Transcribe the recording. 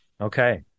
Okay